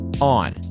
on